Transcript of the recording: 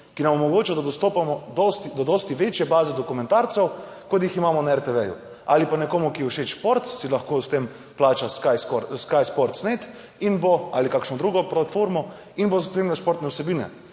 ki nam omogoča, da dostopamo do dosti večje baze dokumentarcev, kot jih imamo na RTV. Ali pa nekomu, ki je všeč šport, si lahko s tem plača Sky sports net in bo, ali kakšno drugo platformo in bo spremljal športne vsebine.